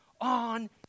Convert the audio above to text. on